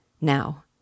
Now